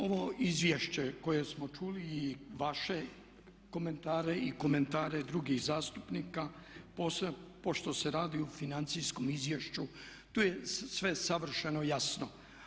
Ovo izvješće koje smo čuli i vaše komentare i komentare drugih zastupnika pošto se radi o financijskom izvješću tu je sve savršeno jasno.